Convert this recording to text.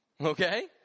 Okay